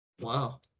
Wow